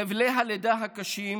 חבלי הלידה הקשים,